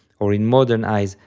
or in modern eyes,